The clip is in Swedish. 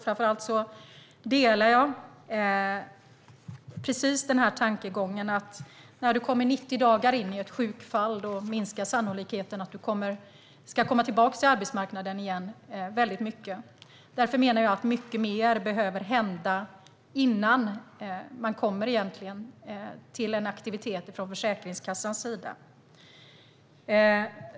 Framför allt delar jag tankegången att när du kommer 90 dagar in i ett sjukfall minskar sannolikheten mycket för att du ska komma tillbaka till arbetsmarknaden igen. Därför menar jag att mycket mer behöver hända innan man kommer till en aktivitet från Försäkringskassans sida.